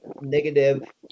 negative